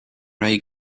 ray